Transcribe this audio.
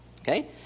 Okay